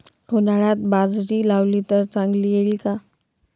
उन्हाळ्यात बाजरी लावली तर चांगली येईल का?